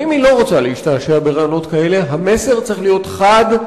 מסר חד,